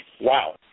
Wow